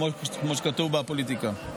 כמו שכתוב ב"פוליטיקה".